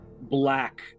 black